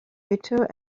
bitter